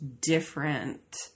different